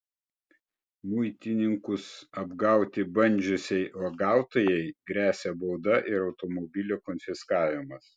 muitininkus apgauti bandžiusiai uogautojai gresia bauda ir automobilio konfiskavimas